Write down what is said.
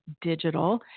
digital